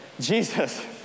Jesus